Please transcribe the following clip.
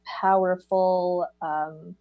powerful